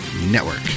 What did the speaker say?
Network